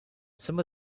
some